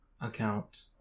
account